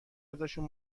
ازشون